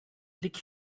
blick